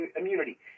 immunity